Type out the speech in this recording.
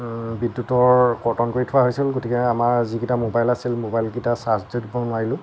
বিদ্যুতৰ কৰ্তন কৰি থোৱা হৈছিল গতিকে আমাৰ যি কেইটা ম'বাইল আছিল ম'বাইল কেইটা চাৰ্জ দি নিব নোৱাৰিলোঁ